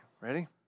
Ready